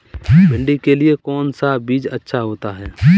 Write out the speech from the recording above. भिंडी के लिए कौन सा बीज अच्छा होता है?